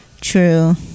True